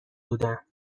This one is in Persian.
بودم